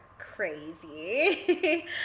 crazy